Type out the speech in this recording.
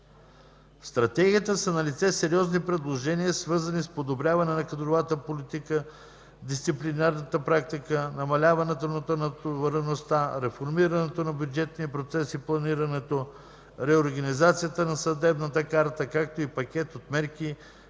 В Стратегията са налице сериозни предложения, свързани с подобряване на кадровата политика, дисциплинарната практика, намаляването натовареността, реформирането на бюджетния процес и планирането, реорганизацията на съдебната карта, както и пакет от мерки,